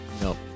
No